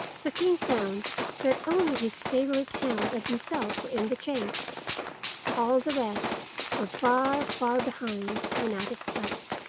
the king found that only his favourite hound and himself were in the chase all the rest were far, far behind and out of sight.